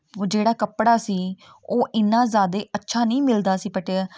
ਉਹ ਜਿਹੜਾ ਕੱਪੜਾ ਸੀ ਉਹ ਇੰਨਾ ਜ਼ਿਆਦਾ ਅੱਛਾ ਨਹੀਂ ਮਿਲਦਾ ਸੀ ਪਟਿਆ